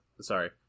Sorry